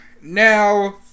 Now